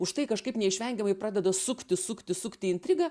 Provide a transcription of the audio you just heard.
už tai kažkaip neišvengiamai pradeda sukti sukti sukti intrigą